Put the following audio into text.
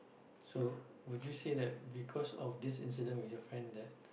so would you say that because of this incident with your friend that